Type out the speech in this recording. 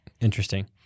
interesting